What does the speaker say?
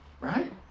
Right